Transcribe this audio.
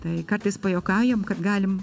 tai kartais pajuokaujam kad galim